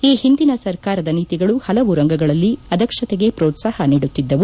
ಈ ಒಂದಿನ ಸರ್ಕಾರದ ನೀತಿಗಳು ಪಲವು ರಂಗಗಳಲ್ಲಿ ಆದಕ್ಷತೆಗೆ ಪೋತ್ಸಾಪ ನೀಡುತ್ತಿದ್ದವು